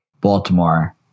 Baltimore